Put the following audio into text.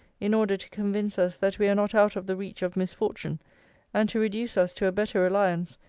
in order to convince us, that we are not out of the reach of misfortune and to reduce us to a better reliance,